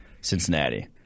Cincinnati